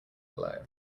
below